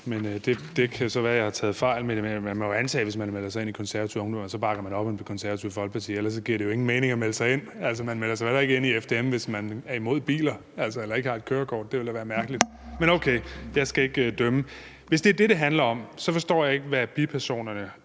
jeg har taget fejl. Men man må jo antage, at hvis man melder sig ind i Konservativ Ungdom, så bakker man op om Det Konservative Folkeparti, for ellers giver det ingen mening at melde sig ind. Altså, man melder sig jo heller ikke ind i FDM, hvis man er imod biler eller ikke har et kørekort. Det ville da være mærkeligt. Men okay, jeg skal ikke dømme. Hvis det er statsløse, det handler om, forstår jeg ikke, hvad bipersonerne